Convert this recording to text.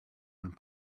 one